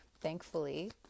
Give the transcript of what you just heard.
thankfully